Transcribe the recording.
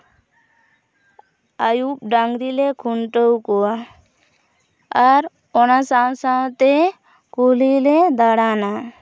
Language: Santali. ᱟᱹᱭᱩᱵ ᱰᱟᱝᱨᱤ ᱞᱮ ᱠᱷᱩᱱᱴᱟᱹᱣ ᱠᱚᱣᱟ ᱟᱨ ᱚᱱᱟ ᱥᱟᱶ ᱥᱟᱶᱛᱮ ᱠᱩᱞᱦᱤ ᱞᱮ ᱫᱟᱬᱟᱱᱟ